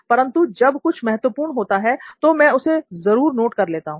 परंतु जब कुछ महत्वपूर्ण होता है तो मैं उसे जरूर नोट कर लेता हूं